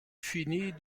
finit